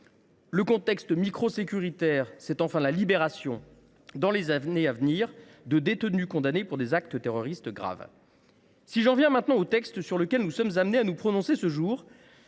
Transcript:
Le contexte sécuritaire national, c’est la libération, dans les années à venir, de détenus condamnés pour des actes terroristes graves. J’en reviens maintenant au texte sur lequel nous sommes amenés à nous prononcer